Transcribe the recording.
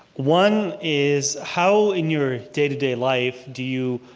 one is, how in your day-to-day life do you